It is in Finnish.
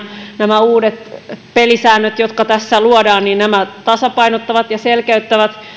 nämä uudet pelisäännöt jotka tässä luodaan tasapainottavat ja selkeyttävät